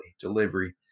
delivery